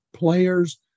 Players